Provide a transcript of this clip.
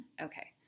Okay